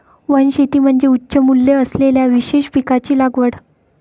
वनशेती म्हणजे उच्च मूल्य असलेल्या विशेष पिकांची लागवड